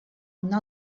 una